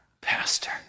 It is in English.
Pastor